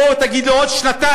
בוא תגיד לי בעוד שנתיים,